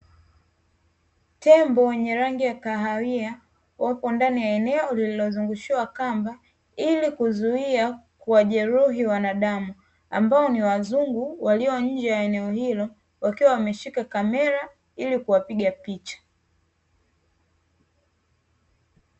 Tembo wenye rangi ya kahawia wapo ndani ya eneo lililozungushiwa kamba ili kuzuia kuwajeruhi wanadamu, ambao ni wazungu waliyo nje ya eneo hilo wakiwa wameshika kamera ili kuwapiga picha.